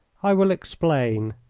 i will explain.